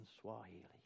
Swahili